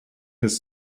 his